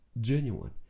genuine